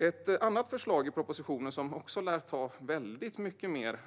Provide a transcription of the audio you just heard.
Ett annat förslag i propositionen som också lär ta väldigt mycket mer